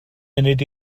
munud